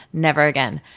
never again.